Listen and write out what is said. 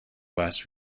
last